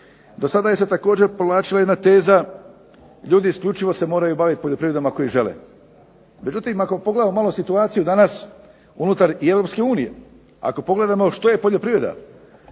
Do sada se također povlačila jedna teza, ljudi isključivo se moraju baviti poljoprivredama ako i žele. Međutim, ako pogledamo malo situaciju danas i unutar Europske unije, ako pogledamo što je poljoprivreda,